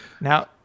Now